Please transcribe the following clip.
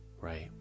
right